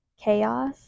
Chaos